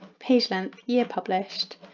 page length, year published,